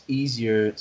easier